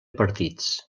partits